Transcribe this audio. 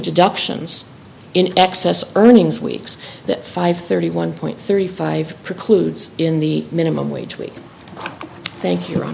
deductions in excess earnings weeks that five thirty one point thirty five precludes in the minimum wage we thank you